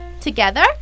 Together